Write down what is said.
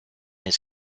his